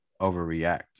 overreact